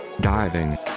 diving